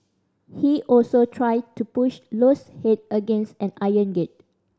he also tried to push Low's head against an iron gate